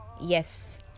yes